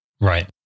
Right